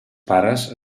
pares